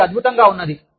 అది అద్భుతంగా ఉన్నది